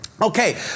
Okay